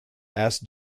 asks